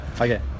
Okay